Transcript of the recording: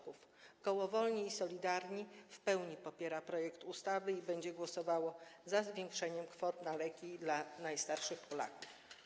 Koło Wolni i Solidarni w pełni popiera projekt ustawy i będzie głosowało za zwiększeniem kwot na leki dla najstarszych Polaków.